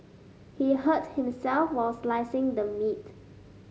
he hurt himself while slicing the meat